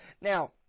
Now